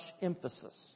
emphasis